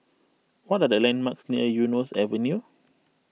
what are the landmarks near Eunos Avenue